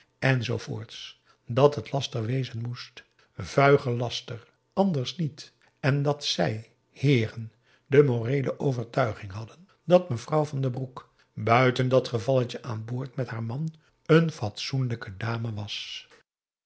enz dat het laster wezen moest vuige laster anders niet en dat zij heeren de moreele overtuiging hadden dat mevrouw van den broek buiten dat gevalletje aan boord met haar man een fatsoenlijke dame was